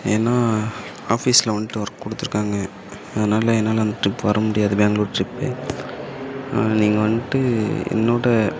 ஏன்னா ஆஃபீஸில் வந்துட்டு ஒர்க் கொடுத்துருக்காங்க அதனால் என்னால் அந்த ட்ரிப் வர முடியாது பேங்களூர் ட்ரிப்பு நீங்கள் வந்துட்டு என்னோடய